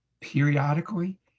periodically